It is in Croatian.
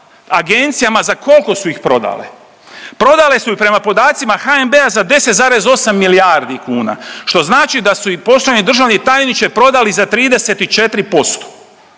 agencijama za kolko su ih prodale. Prodale su ih prema podacima HNB-a za 10,8 milijardi kuna što znači da su ih poštovani državni tajniče prodali za 34%,